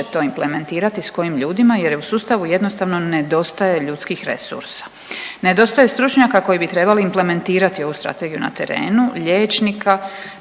to implementirati sa kojim ljudima jer u sustavu jednostavno nedostaje ljudskih resursa, nedostaje stručnjaka koji bi trebali implementirati ovu strategiju na terenu, liječnika,